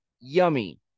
Yummy